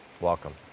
welcome